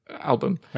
album